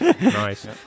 Nice